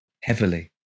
heavily